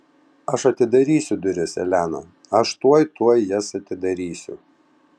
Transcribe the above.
aš atidarysiu duris elena aš tuoj tuoj jas atidarysiu